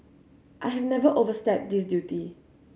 I have never overstepped this duty